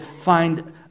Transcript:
find